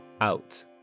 out